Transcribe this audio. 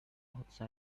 outside